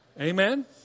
Amen